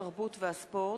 התרבות והספורט,